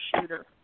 shooter